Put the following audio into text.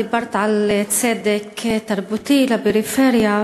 את דיברת על צדק תרבותי לפריפריה,